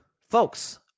folks